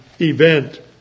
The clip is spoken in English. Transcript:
event